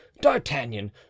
D'Artagnan